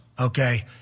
okay